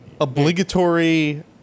obligatory